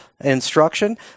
instruction